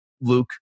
Luke